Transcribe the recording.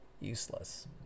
useless